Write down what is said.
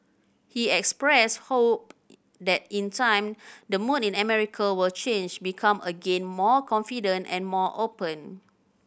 he expressed hope that in time the mood in America will change become again more confident and more open